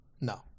no